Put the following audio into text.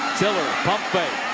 tiller. pump fake.